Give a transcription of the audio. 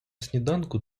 сніданку